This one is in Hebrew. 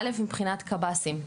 אל"ף מבחינת קב"סים,